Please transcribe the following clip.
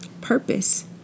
purpose